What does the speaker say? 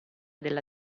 della